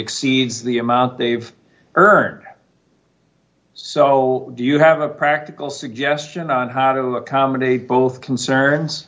exceeds the amount they've earned so you have a practical suggestion on how to accommodate both concerns